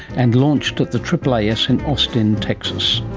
and launched at the aaas in austin, texas